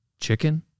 chicken